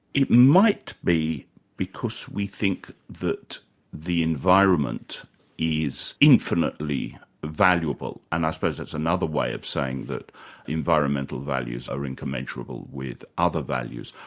it might be because we think that the environment is infinitely valuable. and i suppose that's another way of saying that environmental values are incommensurable with other values.